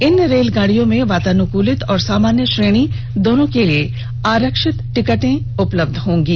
इन रेलगाड़यिों में वातानुकूलित और सामान्य श्रेणी दोनों के लिए आरक्षित टिकट उपलब्ध होंगे